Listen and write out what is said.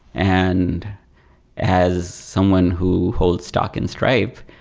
and as someone who holds stock in stripe,